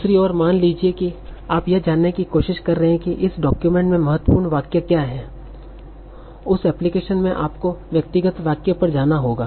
दूसरी ओर मान लीजिए कि आप यह जानने की कोशिश कर रहे हैं कि इस डाक्यूमेंट में महत्वपूर्ण वाक्य क्या हैं उस एप्लिकेशन में आपको व्यक्तिगत वाक्य पर जाना होगा